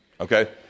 okay